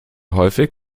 häufig